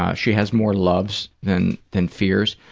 um she has more loves than than fears.